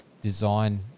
design